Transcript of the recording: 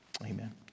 Amen